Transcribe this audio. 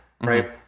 right